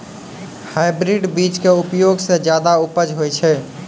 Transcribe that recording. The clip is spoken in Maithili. हाइब्रिड बीज के उपयोग सॅ ज्यादा उपज होय छै